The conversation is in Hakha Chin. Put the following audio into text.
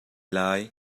lai